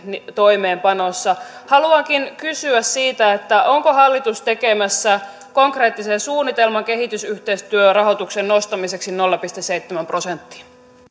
toimeenpanossa haluankin kysyä onko hallitus tekemässä konkreettisen suunnitelman kehitysyhteistyörahoituksen nostamiseksi nolla pilkku seitsemään prosenttiin